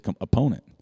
opponent